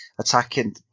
Attacking